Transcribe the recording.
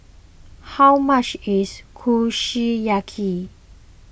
how much is Kushiyaki